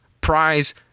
prize